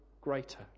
greater